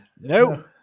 No